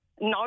No